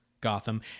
Gotham